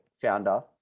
founder